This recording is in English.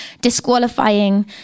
disqualifying